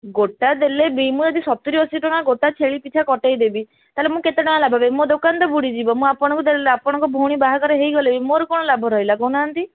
ଗୋଟା ଦେଲେ ବି ମୁଁ ଏଇଠି ସତୁରି ଅଶୀ ଟଙ୍କା ଗୋଟା ଛେଳି ପିଛା କଟାଇଦେବି ତାହେଲେ ମୁଁ କେତେ ଟଙ୍କା ଲାଭ ପାଇବି ମୋ ଦୋକାନ ତ ବୁଡ଼ିଯିବ ମୁଁ ଆପଣଙ୍କୁ ଦେଲେ ଆପଣଙ୍କ ଭଉଣୀର ବାହାଘର ହେଇଗଲେ ବି ମୋର କ'ଣ ଲାଭ ରହିଲା କହୁନାହାନ୍ତି